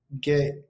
get